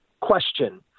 question